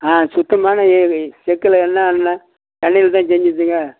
ஆ சுத்தமான எ செக்கில் எண்ணெய் ஆட்டுன எண்ணெயில் தான் செஞ்சுதுங்க